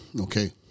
Okay